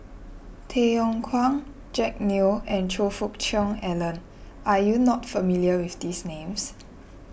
Tay Yong Kwang Jack Neo and Choe Fook Cheong Alan are you not familiar with these names